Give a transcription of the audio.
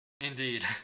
Indeed